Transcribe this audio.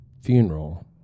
funeral